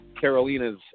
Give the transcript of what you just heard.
Carolina's